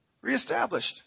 reestablished